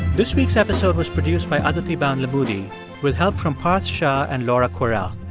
this week's episode was produced by adhiti bandlamudi with help from parth shah and laura kwerel.